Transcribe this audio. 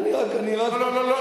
אני לא, לא, לא.